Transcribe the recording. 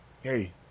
Hey